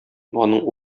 аның